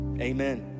Amen